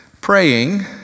praying